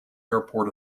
airport